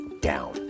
down